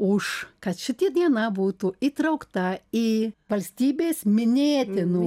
už kad šiti diena būtų įtraukta į valstybės minėtinų